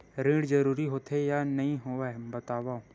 ऋण जरूरी होथे या नहीं होवाए बतावव?